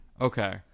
Okay